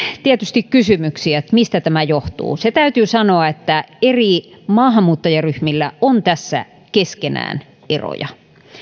tietysti kysymyksiä että mistä tämä johtuu se täytyy sanoa että eri maahanmuuttajaryhmillä on tässä keskenään eroja